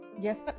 Yes